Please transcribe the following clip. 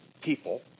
people